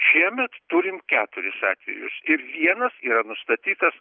šiemet turim keturis atvejus ir vienas yra nustatytas